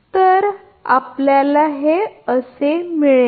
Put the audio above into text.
तर जर आपण तसे केले तर तर तुम्हाला मिळेल